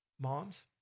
Moms